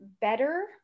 better